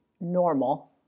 normal